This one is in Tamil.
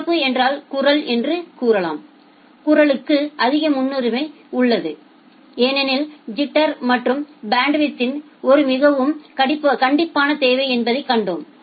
எனவே சிவப்பு என்றால் குரல் என்று கூறலாம் குரலுக்கு அதிக முன்னுரிமை உள்ளது ஏனெனில் ஐிட்டர் மற்றும் பேண்ட்வித்யில் இது மிகவும் கண்டிப்பான தேவை என்பதைக் கண்டோம்